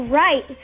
right